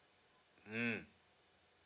mm